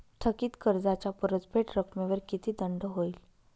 थकीत कर्जाच्या परतफेड रकमेवर किती दंड होईल?